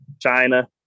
China